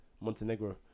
Montenegro